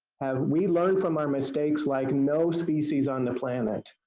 have, we learned from our mistakes like no species on the planet.